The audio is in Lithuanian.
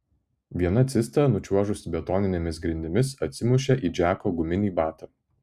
viena cista nučiuožusi betoninėmis grindimis atsimušė į džeko guminį batą